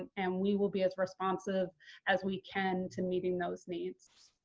and we will be as responsive as we can to meeting those needs.